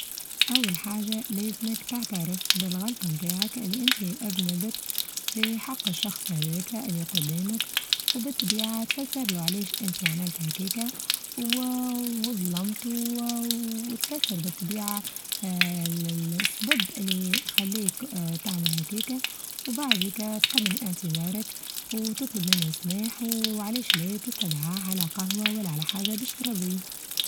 أول حاچة لازمك تعترف بالغلطة بتاعك اللي أنت أذنبت في حق الشخص لديك اللي قدامك وبالتبيعة تفسرله علاش أنت عملت هاكيكا و وظلمت وتفسر بالطبيعة آآ ال-السبب اللي يخليك آآ تعمل هاكيكا، وبعديكا هتقدم اعتزارك وتطلب منه السماح وعلاش لتستدعاه على قهوة ولا على حاچة باش ترضيه.